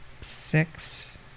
six